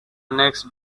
next